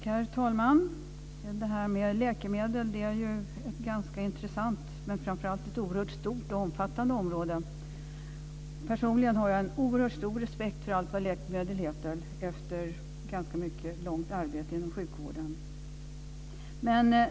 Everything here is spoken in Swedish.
Herr talman! Det här med läkemedel är ju ganska intressant, och det är ju framför allt ett oerhört stort och omfattande område. Personligen har jag en oerhört stor respekt för allt vad läkemedel heter efter ett ganska långvarigt arbete inom sjukvården.